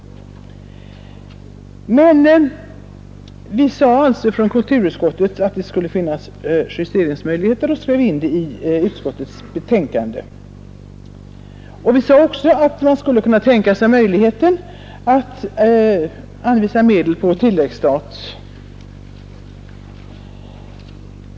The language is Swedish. Kulturutskottet uttalade då i sitt betänkande att det skulle finnas justeringsmöjligheter. Utskottet sade också att man kunde tänka sig möjligheten att anvisa medel på tilläggsstat.